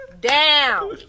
down